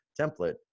template